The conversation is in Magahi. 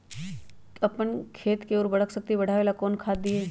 अपन खेत के उर्वरक शक्ति बढावेला कौन खाद दीये?